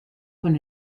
con